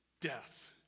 death